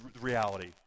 reality